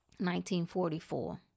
1944